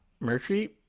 Mercury